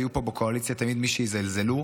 ותמיד יהיו פה בקואליציה מי שיזלזלו,